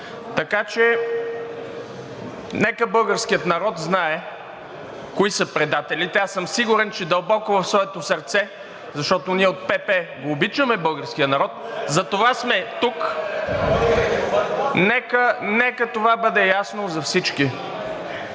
Така че нека българският народ знае кои са предателите. Аз съм сигурен, че дълбоко в своето сърце, защото ние от ПП обичаме българския народ (викове от ГЕРБ-СДС: „Еее!“), затова сме тук. Нека това бъде ясно за всички.